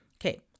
Okay